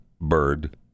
bird